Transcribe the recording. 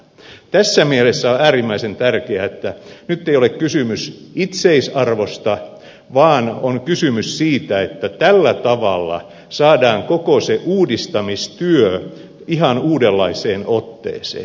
tässä mielessä on äärimmäisen tärkeää että nyt ei ole kysymys itseisarvosta vaan on kysymys siitä että tällä tavalla saadaan koko se uudistamistyö ihan uudenlaiseen otteeseen